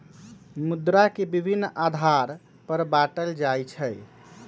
मुद्रा के विभिन्न आधार पर बाटल जाइ छइ